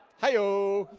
hi, oh